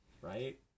right